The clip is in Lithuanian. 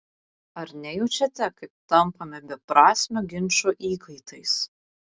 ar nejaučiate kaip tampame beprasmio ginčo įkaitais